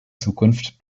zukunft